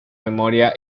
memoria